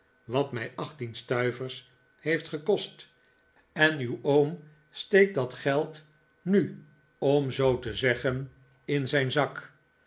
wat mij achttien stuivers heeft gekost en uw oom steekt dat geld nu om zoo te zeggen nikolaas nickleby in zijn zak